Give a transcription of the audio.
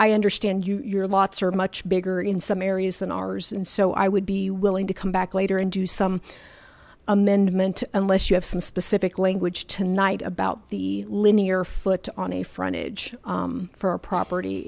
i understand you're lots are much bigger in some areas than ours and so i would be willing to come back later and do some amendment unless you have some specific language tonight about the linear foot on a frontage for a property